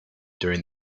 during